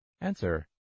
Answer